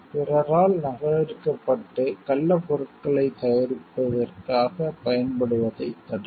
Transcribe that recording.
பிறரால் நகலெடுக்கப்பட்டு கள்ளப் பொருட்களைத் தயாரிப்பதற்காகப் பயன்படுவதை தடுக்கும்